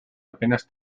apenas